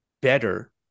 better